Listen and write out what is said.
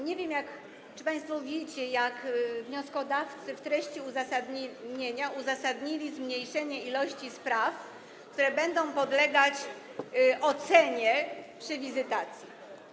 Nie wiem, czy państwo wiecie, czym wnioskodawcy w treści uzasadnienia umotywowali zmniejszenie ilości spraw, które będą podlegać ocenie przy wizytacji.